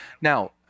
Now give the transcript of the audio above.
Now